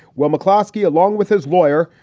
well, mcclosky, along with his lawyer,